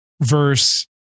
verse